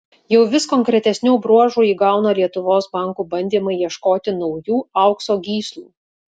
jau vis konkretesnių bruožų įgauna lietuvos bankų bandymai ieškoti naujų aukso gyslų